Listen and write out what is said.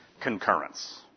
concurrence